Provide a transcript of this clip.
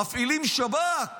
מפעילים שב"כ